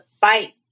fight